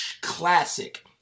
classic